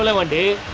ah one day?